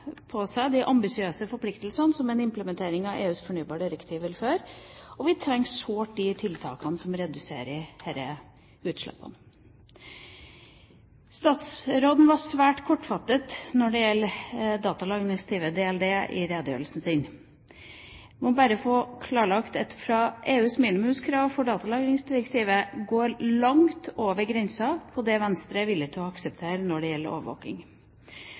på seg de ambisiøse forpliktelsene som en implementering av EUs fornybardirektiv vil føre til, og vi trenger sårt de tiltakene som reduserer disse utslippene. Statsråden var svært kortfattet når det gjelder datalagringsdirektivet, DLD, i redegjørelsen sin. Jeg må bare få klarlagt at EUs minimumskrav for datalagringsdirektivet går langt over grensen for det Venstre er villig til å akseptere når det gjelder overvåking.